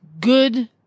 good